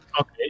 Okay